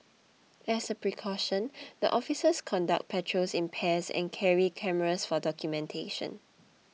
as a precaution the officers conduct patrols in pairs and carry cameras for documentation